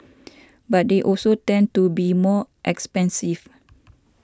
but they also tend to be more expensive